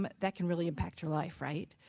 but that can really impact your life, right?